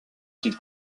qu’il